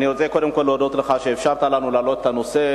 אני רוצה קודם כול להודות לך על כך שאפשרת לנו להעלות את הנושא,